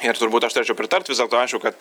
ir turbūt aš turėčiau pritart vis dėlto aišku kad